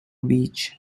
beach